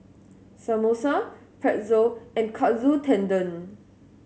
Samosa Pretzel and Katsu Tendon